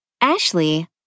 Ashley